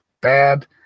bad